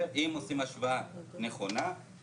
אם עושים השוואה נכונה,